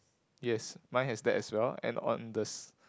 yes mine has that as well and on this